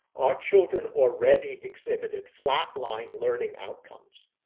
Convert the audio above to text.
our children already exhibited flatline learning outcomes.